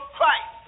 Christ